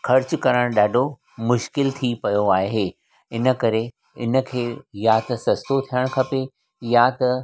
ख़र्चु करणु ॾाढो मुश्किलु थी पयो आहे हिनकरे हिनखे या त सस्तो थियणु खपे या त